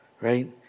Right